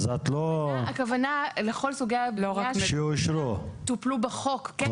אז את לא --- הכוונה היא לכל סוגי הבנייה שטופלו בחוק --- שאושרו?